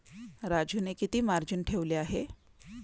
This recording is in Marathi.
राजूने किती मार्जिन ठेवले आहे?